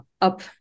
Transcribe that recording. up